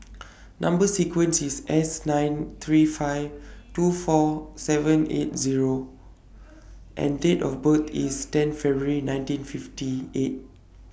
Number sequence IS S nine three five two four seven eight Zero and Date of birth IS ten February nineteen fifty eight